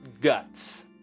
guts